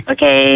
Okay